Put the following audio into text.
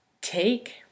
take